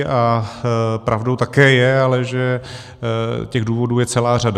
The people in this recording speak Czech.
A pravdou také je ale, že těch důvodů je celá řada.